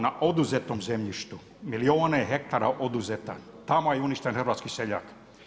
Na oduzetom zemljištu, milijune hektara oduzeta, tamo je uništen hrvatski seljak.